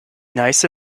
neiße